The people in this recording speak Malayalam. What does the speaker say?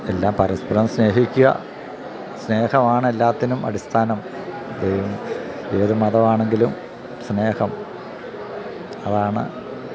എല്ലാം പരസ്പരം സ്നേഹിക്കുക സ്നേഹമാണ് എല്ലാത്തിനും അടിസ്ഥാനം ഏത് മതമാണെങ്കിലും സ്നേഹം അതാണ്